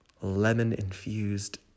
lemon-infused